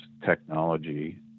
technology